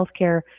healthcare